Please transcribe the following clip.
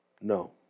no